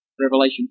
Revelation